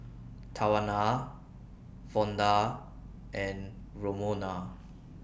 Tawana Vonda and Romona